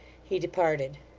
he departed.